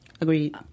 Agreed